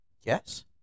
Yes